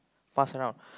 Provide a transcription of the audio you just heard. pass around